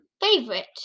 Favorite